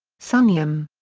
sunium.